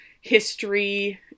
history